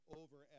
over